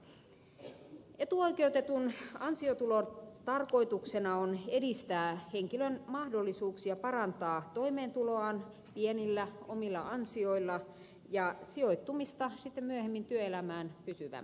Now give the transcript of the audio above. etuoikeutetun ansiotulon tarkoituksena on edistää henkilön mahdollisuuksia parantaa toimeentuloaan pienillä omilla ansioilla ja sijoittumista myöhemmin työelämään pysyvämminkin